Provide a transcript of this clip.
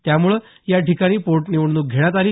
त्यामुळं याठिकाणी पोटनिवडणूक घेण्यात आली